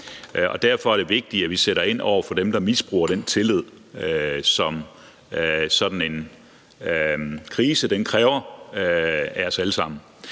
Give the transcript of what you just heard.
Derfor er det vigtigt, at vi sætter ind over for dem, der misbruger den tillid, som sådan en krise kræver af os alle sammen.